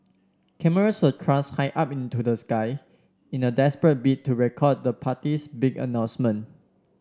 cameras were thrust high up into the sky in a desperate bid to record the party's big announcement